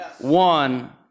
One